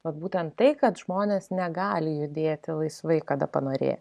vat būtent tai kad žmonės negali judėti laisvai kada panorėję